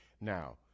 Now